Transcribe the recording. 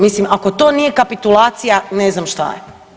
Mislim ako to nije kapitulacije ne znam šta je.